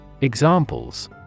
Examples